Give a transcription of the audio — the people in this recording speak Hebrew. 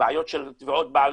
בעיות של תביעות בעלות,